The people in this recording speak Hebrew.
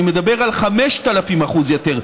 אני מדבר על 5,000% יותר,